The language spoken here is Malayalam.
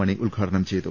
മണി ഉദ്ഘാടനം ചെയ്തു